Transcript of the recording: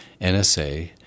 NSA